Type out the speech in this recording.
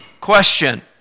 question